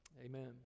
amen